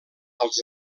als